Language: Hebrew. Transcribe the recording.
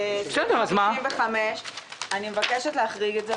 כשאתה כאזרח רוכש או מוכר אתה מחויב בכל המסים האלה,